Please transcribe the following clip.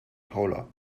paula